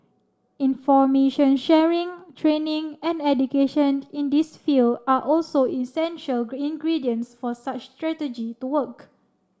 information sharing training and education in this field are also essential ingredients for such strategy to work